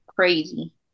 Crazy